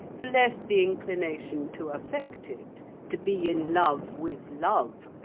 the less the inclination to affect it to be in love with love,